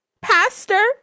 Pastor